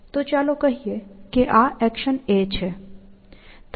તો ચાલો કહીએ કે આ એક્શન a છે